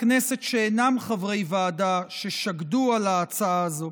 הכנסת שאינם חברי ועדה ששקדו על ההצעה הזו.